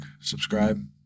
subscribe